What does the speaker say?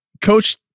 coach